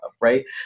Right